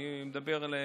אני מדבר לקואליציה,